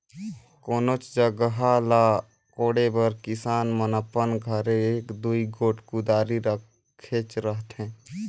कोनोच जगहा ल कोड़े बर किसान मन अपन घरे एक दूई गोट कुदारी रखेच रहथे